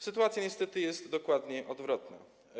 Sytuacja niestety jest dokładnie odwrotna.